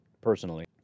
personally